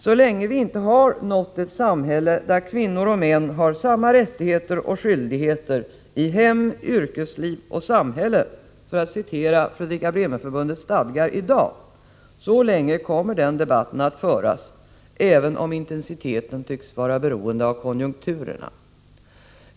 Så länge vi inte nått ett samhälle där kvinnor och män har samma rättigheter och skyldigheter i hem, arbetsliv och samhälle, för att citera Fredrika-Bremer-Förbundets stadgar i dag, så länge kommer den debatten att föras även om intensiteten tycks vara beroende av konjunkturerna.